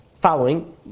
following